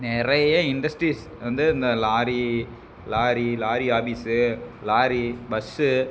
நிறைய இண்டஸ்ட்ரீஸ் வந்து இந்த lorry lorry lorry office lorry bus